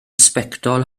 sbectol